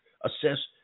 assess